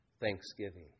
thanksgiving